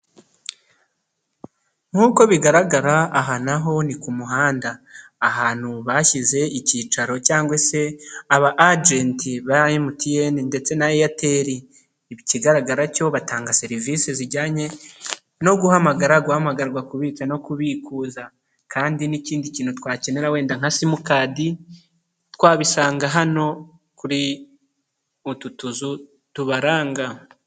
Nkuko bigaragara aha naho ni ku muhanda, ahantu bashyize ikicaro cyangwa se aba ajenti ba MTN ndetse na Eyateri, ikigaragara cyo batanga serivise zijyanye no guhamagara, guhamagarwa, kubitsa no kubikuza kandi n'ikindi kintu twakenera wenda nka simukadi twabisanga hano kuri utu tuzu tubaranga.